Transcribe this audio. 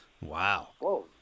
Wow